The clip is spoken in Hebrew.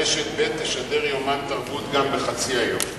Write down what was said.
רשת ב' תשדר יומן תרבות גם ב"בחצי היום".